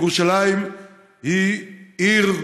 ירושלים היא עיר הבירה,